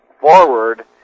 forward